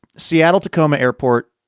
seattle-tacoma airport,